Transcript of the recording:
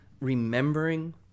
remembering